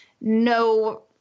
no